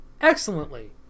excellently